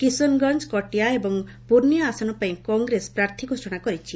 କିସନଗଂଜ କଟିଆ ଏବଂ ପୁର୍ନିଆ ଆସନ ପାଇଁ କଂଗ୍ରେସ ପ୍ରାର୍ଥୀ ଘୋଷଣା କରିଛି